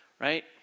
right